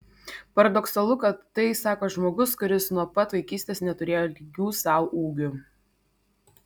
paradoksalu kad tai sako žmogus kuris nuo pat vaikystės neturėjo lygių sau ūgiu